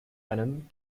einen